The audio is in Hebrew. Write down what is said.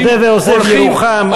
מודה ועוזב ירוחם,